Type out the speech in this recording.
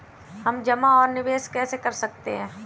हम जमा और निवेश कैसे कर सकते हैं?